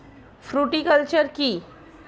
Fruticulture কী?